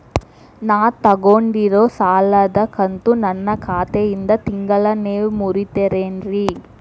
ನಾ ತೊಗೊಂಡಿದ್ದ ಸಾಲದ ಕಂತು ನನ್ನ ಖಾತೆಯಿಂದ ತಿಂಗಳಾ ನೇವ್ ಮುರೇತೇರೇನ್ರೇ?